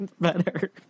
better